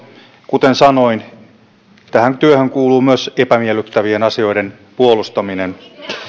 kuten sanoin tähän työhön kuuluu myös epämiellyttävien asioiden puolustaminen